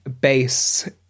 base